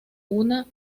una